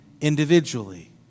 individually